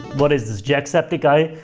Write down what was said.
what is this? jacksepticeye?